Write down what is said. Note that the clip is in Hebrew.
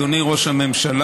אדוני ראש הממשלה,